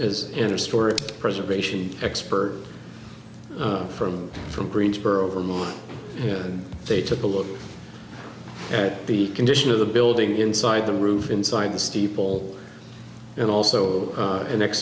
storage preservation expert from from greensboro vermont and they took a look at the condition of the building inside the roof inside the steeple and also an ex